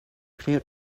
clear